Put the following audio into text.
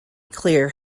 clear